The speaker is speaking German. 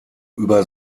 über